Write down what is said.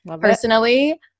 personally